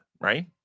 right